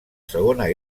segona